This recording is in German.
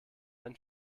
ein